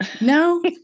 No